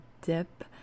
dip